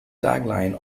tagline